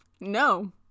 No